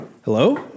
Hello